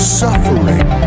suffering